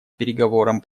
переговорам